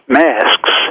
masks